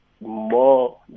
more